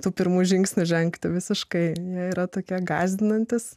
tų pirmų žingsnių žengti visiškai nėra tokie gąsdinantys